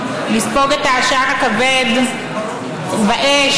לספוג את העשן הכבד והאש,